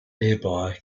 nearby